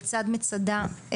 לצד מצדה,